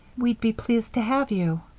we'd be pleased to have you.